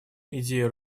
идею